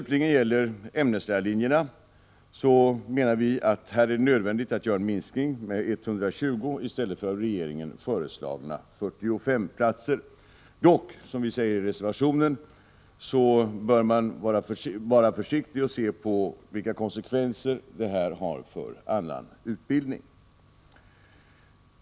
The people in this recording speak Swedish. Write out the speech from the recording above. På ämneslärarlinjerna slutligen menar vi att det är nödvändigt att minska med 120 platser i stället för med 45, som regeringen föreslår. Vi säger i reservationen att man dock bör vara försiktig och studera vilka konsekvenser detta har för annan utbildning.